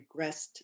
regressed